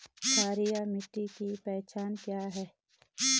क्षारीय मिट्टी की पहचान क्या है?